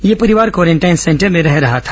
यह परिवार quarantine centre में रह रहा था